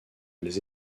elles